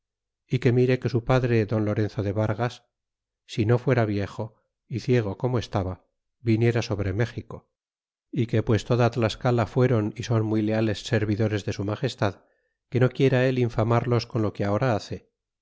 y que mire que su padre don lorenzo de vargas si no fuera viejo y ciego como estaba viniera sobre méxico y que pues toda tlascala fuéron y son muy leales servidores de su magestad que no quiera él infamarlos con lo que ahora hace